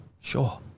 sure